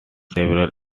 several